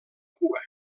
cua